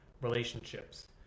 relationships